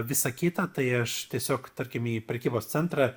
visa kita tai aš tiesiog tarkim į prekybos centrą